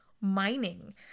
mining